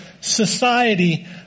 society